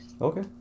okay